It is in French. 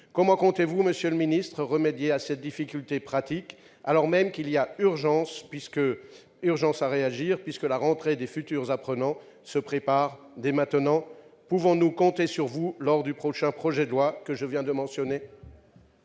Comment comptez-vous, monsieur le ministre, remédier à cette difficulté pratique, sachant qu'il y a urgence à agir, puisque la rentrée des futurs apprenants se prépare dès maintenant ? Pouvons-nous compter sur vous dans la perspective de l'examen du projet de loi que je viens de mentionner ?